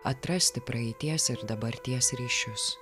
atrasti praeities ir dabarties ryšius